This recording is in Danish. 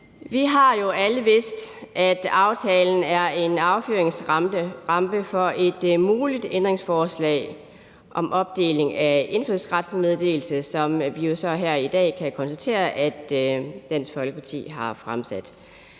Vi har jo alle vidst, at aftalen er en affyringsrampe for et muligt ændringsforslag om en opdeling af forslaget til lov om indfødsrets meddelelse, som vi så her i dag kan konstatere, at Dansk Folkeparti har stillet.